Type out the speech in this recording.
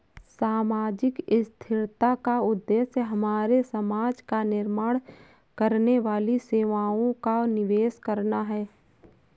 सामाजिक स्थिरता का उद्देश्य हमारे समाज का निर्माण करने वाली सेवाओं का निवेश करना है